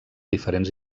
diferents